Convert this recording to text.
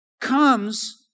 comes